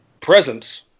presence